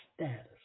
status